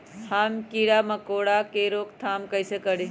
हम किरा मकोरा के रोक थाम कईसे करी?